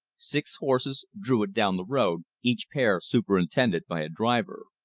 six horses drew it down the road, each pair superintended by a driver.